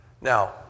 Now